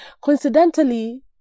Coincidentally